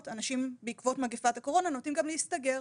שבעקבות מגפת הקורונה, אנשים נוטים גם להסתגר